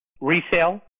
Resale